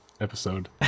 episode